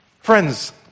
Friends